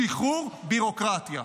שחרור ביורוקרטיה,